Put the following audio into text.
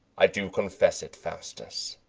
i do confess it, faustus,